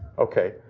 okay,